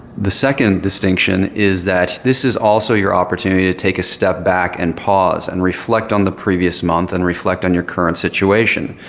the second distinction is that this is also your opportunity to take a step back and pause and reflect on the previous month and reflect on your current situation.